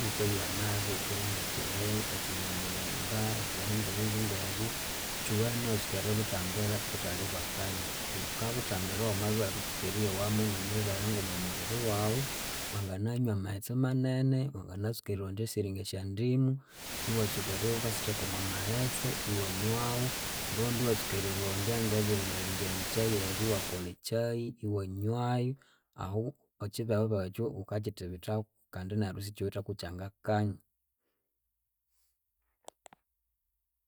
Iwukayowa nabi iwukwire ngekyihi, ekyinyamughemba, ebihinzi hinzi ngebyu kyuwene iwatsuka eributhambira buthali bwakanya. Wukabuthambira wamabya iwabiritsuka eriyowamu mwemibere omwamubiri wawu wanginanywa amaghetse manene, wanginatsuka erirondya esiringa syandimu, iwatsuka eribya wukasitheka omwamaghetse iwanywawu rundi iwatsuka erirondya ngebiringa bijanikyayi ebyu iwakolha ekyai iwanywayu ahu ekyibehubehu ekyu wukakyithibithaku kandi neryu sikyiwithe ku kyanga kanya